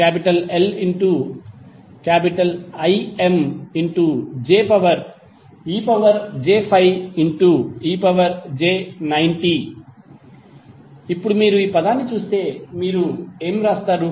VωLImej∅90ωLImej∅ej90 ఇప్పుడు మీరు ఈ పదాన్ని చూస్తే మీరు ఏమి వ్రాస్తారు